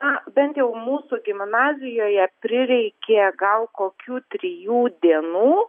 na bent jau mūsų gimnazijoje prireikė gal kokių trijų dienų